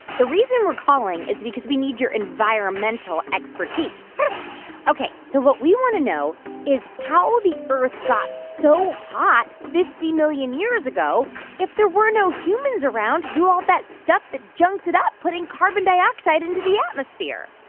the reason we're calling is because we need your environmental expertise ok, so what we want to know is how the earth got so hot fifty million years ago if there were no humans around to do all that stuff that junks it up, putting carbon dioxide into the atmosphere?